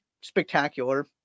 spectacular